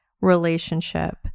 relationship